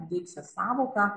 deiksės sąvoką